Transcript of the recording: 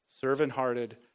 servant-hearted